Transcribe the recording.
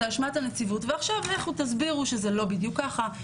זה אשמת הנציבות ועכשיו לכו תסבירו שזה לא בדיוק ככה,